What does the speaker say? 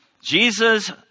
Jesus